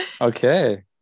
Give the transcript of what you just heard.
Okay